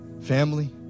family